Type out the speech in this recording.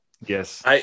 Yes